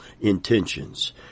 intentions